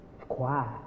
quiet